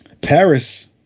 Paris